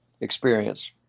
experience